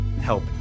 help